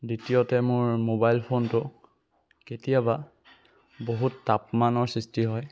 দ্বিতীয়তে মোৰ মোবাইল ফোনটো কেতিয়াবা বহুত তাপমানৰ সৃষ্টি হয়